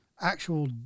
actual